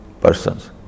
persons